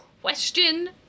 question